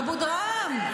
אבודרהם,